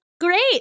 Great